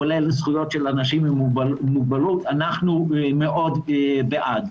כולל זכויות של אנשים עם מוגבלות, אנחנו מאוד בעד.